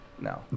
No